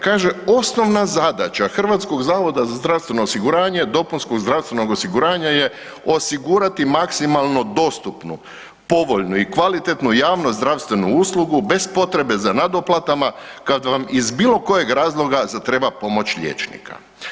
Kaže osnovna zadaća Hrvatskog zavoda za zdravstveno osiguranje dopunskog zdravstvenog osiguranja je osigurati maksimalno dostupnu povoljnu i kvalitetnu javno-zdravstvenu uslugu bez potrebe za nadoplatama kad vam iz bilo kojeg razloga zatreba pomoć liječnika.